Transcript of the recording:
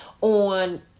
on